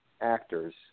actors